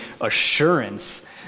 assurance